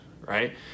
right